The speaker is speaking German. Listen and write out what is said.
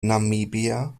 namibia